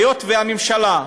היות שהממשלה,